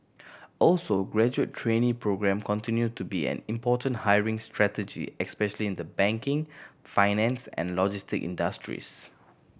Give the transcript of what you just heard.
also graduate trainee programme continue to be an important hiring strategy especially in the banking finance and logistic industries